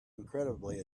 incredibly